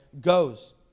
goes